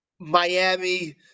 miami